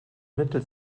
mittel